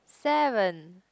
seven